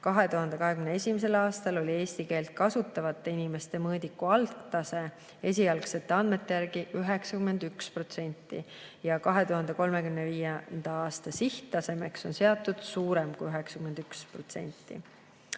2021. aastal oli eesti keelt kasutavate inimeste mõõdiku algtase esialgsete andmete järgi 91% ja 2035. aasta sihttasemeks on seatud kõrgem kui 91%.